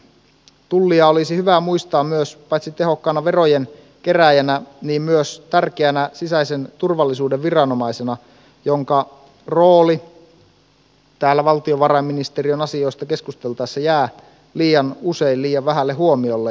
tullia olisi hyvä muistaa paitsi tehokkaana verojen kerääjänä myös tärkeänä sisäisen turvallisuuden viranomaisena jonka rooli täällä valtiovarainministeriön asioista keskusteltaessa jää liian usein liian vähälle huomiolle